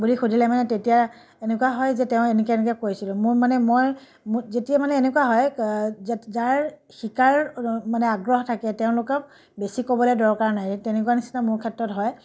বুলি সুধিলে মানে তেতিয়া এনেকুৱা হয় যে তেওঁ এনেকৈ এনেকৈ কৰিছিলোঁ মোৰ মানে মই যেতিয়া মানে এনেকুৱা হয় যাৰ শিকাৰ মানে আগ্ৰহ থাকে তেওঁলোকক বেছি ক'বলৈ দৰকাৰ নাই তেনেকুৱা নিচিনা মোৰ ক্ষেত্ৰত হয়